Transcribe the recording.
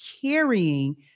carrying